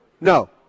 No